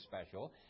special